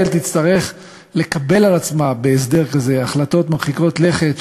תצטרך לקבל על עצמה בהסדר כזה החלטות מרחיקות לכת,